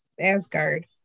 Asgard